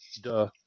duh